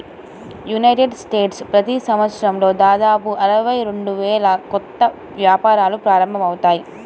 United స్టేట్స్లో ప్రతి సంవత్సరం దాదాపు అరవై రెండు వేల కొత్త వ్యాపారాలు ప్రారంభమవుతాయి